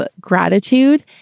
gratitude